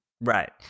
Right